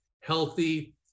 healthy